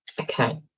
Okay